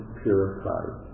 purified